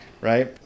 right